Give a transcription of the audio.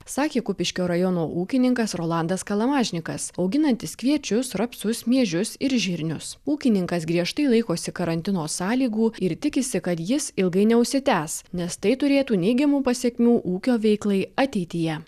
sakė kupiškio rajono ūkininkas rolandas kalamažnikas auginantis kviečius rapsus miežius ir žirnius ūkininkas griežtai laikosi karantino sąlygų ir tikisi kad jis ilgai neužsitęs nes tai turėtų neigiamų pasekmių ūkio veiklai ateityje